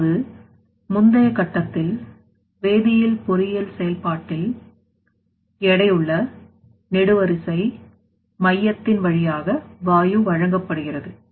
இப்போது முந்தைய கட்டத்தில் வேதியியல் பொறியியல் செயல்பாட்டில் எடையுள்ள நெடுவரிசை மையத்தின் வழியாக வாயு வழங்கப்படுகிறது